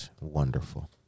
Wonderful